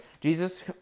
Jesus